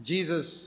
Jesus